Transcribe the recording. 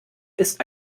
ist